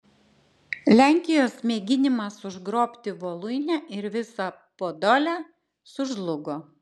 lenkijos mėginimas užgrobti voluinę ir visą podolę sužlugo